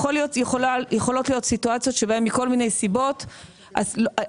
יכולות להיות סיטואציות שבהן מכל מיני סיבות הצווים,